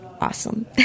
awesome